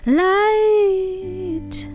light